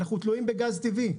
אנחנו תלויים בגז טבעי.